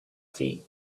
feet